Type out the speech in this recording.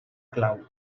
clau